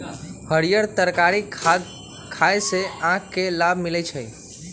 हरीयर तरकारी खाय से आँख के लाभ मिलइ छै